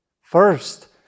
first